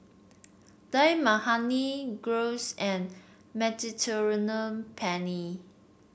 Dal Makhani Gyros and Mediterranean Penne